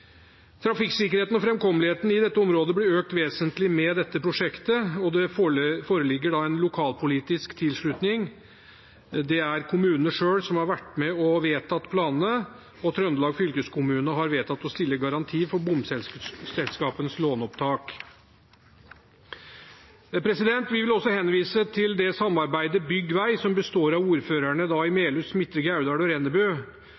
Trafikksikkerheten og framkommeligheten i dette området blir økt vesentlig med dette prosjektet, og det foreligger en lokalpolitisk tilslutning. Det er kommunene selv som har vært med og vedtatt planene, og Trøndelag fylkeskommune har vedtatt å stille garanti for bomselskapets låneopptak. Vi vil også henvise til samarbeidet «Bygg vei», som består av ordførerne i